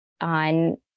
on